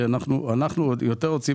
שאנחנו יותר רוצים,